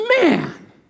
man